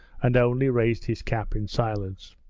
and only raised his cap in silence.